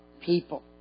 people